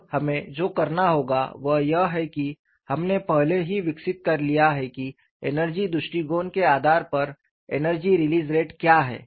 अब हमें जो करना होगा वह यह है कि हमने पहले ही विकसित कर लिया है कि एनर्जी दृष्टिकोण के आधार पर एनर्जी रिलीज़ रेट क्या है